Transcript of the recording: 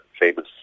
famous